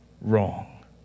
wrong